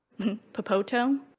Popoto